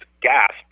gasp